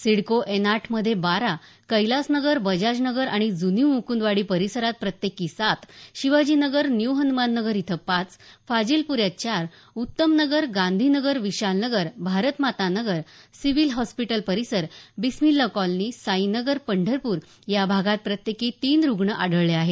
CIDCO N आठ मध्ये बारा कैलास नगर बजाज नगर आणि जूनी म्कुंदवाडी परिसरात प्रत्येकी सात शिवाजी नगर न्यू हनुमान नगर इथं पाच फाजीलपुऱ्यात चार उत्तम नगर गांधी नगर विशाल नगर भारतमाता नगर सिव्हील हॉस्पीटल परिसर बिस्मिला कॉलनी साई नगर पंढरपूर या भागात प्रत्येकी तीन रुग्ण आढळले आहेत